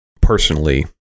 personally